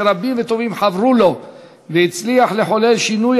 שרבים וטובים חברו לו והצליח לחולל שינוי